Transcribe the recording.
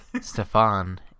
Stefan